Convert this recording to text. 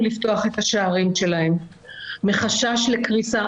לפתוח את השערים שלהם מחשש לקריסה.